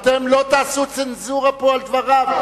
אתם לא תעשו צנזורה פה על דבריו.